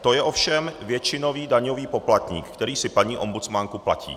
To je ovšem většinový daňový poplatník, který si paní ombudsmanku platí.